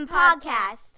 podcast